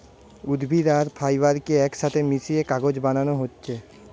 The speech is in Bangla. উদ্ভিদ আর ফাইবার কে একসাথে মিশিয়ে কাগজ বানানা হচ্ছে